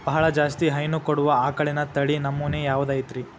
ಬಹಳ ಜಾಸ್ತಿ ಹೈನು ಕೊಡುವ ಆಕಳಿನ ತಳಿ ನಮೂನೆ ಯಾವ್ದ ಐತ್ರಿ?